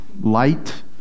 light